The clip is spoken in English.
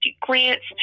grants